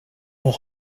ont